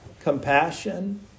compassion